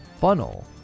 funnel